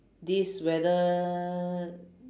this whether